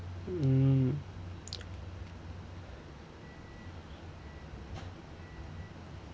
hmm